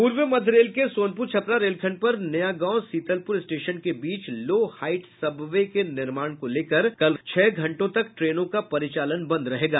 पूर्व मध्य रेल के सोनपुर छपरा रेलखंड पर नया गांव सीतलपुर स्टेशन के बीच लो हाईट सबवे के निर्माण को लेकर कल छह घंटों तक ट्रेनों का परिचालन बंद रहेगा